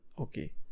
okay